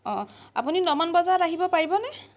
অঁ অঁ আপুনি নমান বজাত আহিব পাৰিবনে